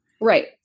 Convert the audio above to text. right